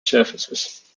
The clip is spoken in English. surfaces